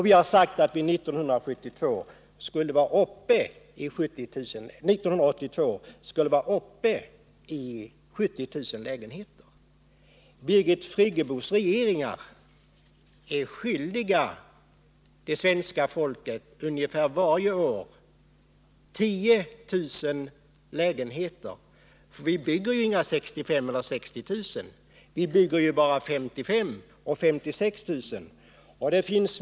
Vi har sagt att vi 1982 skall vara uppe i 70 000 lägenheter. Birgit Friggebos regeringar är för varje år skyldiga det svenska folket ungefär 10 000 lägenheter. Man bygger ju inga 60 000 eller 65 000 lägenheter utan bara 55 000-56 000 lägenheter.